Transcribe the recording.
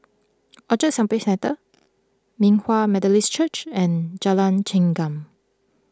Orchard Shopping Centre Hinghwa Methodist Church and Jalan Chengam